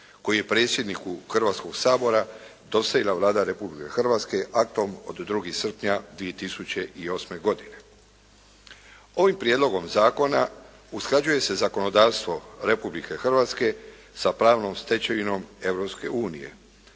koji je predsjedniku Hrvatskog sabora dostavila Vlada Republike Hrvatske aktom od 2. srpnja 2008. godine. Ovim prijedlogom zakona usklađuje se zakonodavstvo Republike Hrvatske sa pravnom stečevinom